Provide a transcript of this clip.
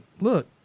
look